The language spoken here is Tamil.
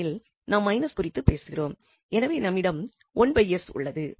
ஏனெனில் நாம் மைனஸ் குறித்து பேசுகிறோம் எனவே நம்மிடம் உள்ளது